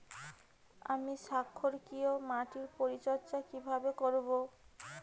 আমি ক্ষারকীয় মাটির পরিচর্যা কিভাবে করব?